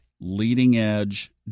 leading-edge